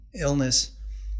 illness